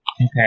Okay